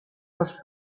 les